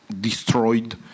destroyed